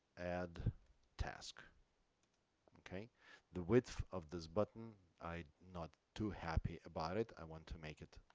add tasks okay the width of this button i not too happy about it i want to make it